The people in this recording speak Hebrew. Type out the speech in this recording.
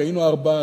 כי היינו ארבעה,